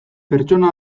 pertsona